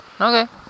Okay